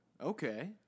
okay